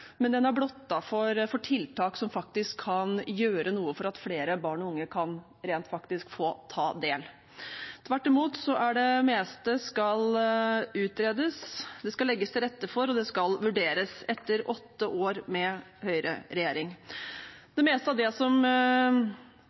men den er blottet for tiltak som kan gjøre noe for at flere barn og unge rent faktisk kan få ta del. Tvert imot skal det meste utredes, det skal legges til rette for, og det skal vurderes – etter åtte år med høyreregjering. Ansvaret for oppfølging av det meste av det som